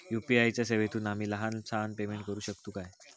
UPI च्या सेवेतून आम्ही लहान सहान पेमेंट करू शकतू काय?